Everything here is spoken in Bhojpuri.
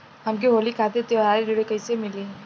हमके होली खातिर त्योहारी ऋण कइसे मीली?